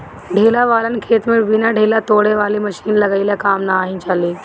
ढेला वालन खेत में बिना ढेला तोड़े वाली मशीन लगइले काम नाइ चली